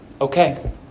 okay